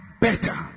better